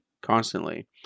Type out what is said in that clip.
constantly